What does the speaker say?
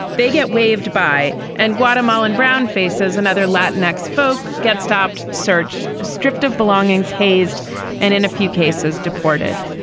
they get waved by and guatemalan brown faces another latin next folk get stopped searched stripped of belongings hazed and in a few cases deported.